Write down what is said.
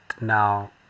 now